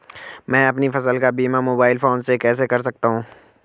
मैं अपनी फसल का बीमा मोबाइल फोन से कैसे कर सकता हूँ?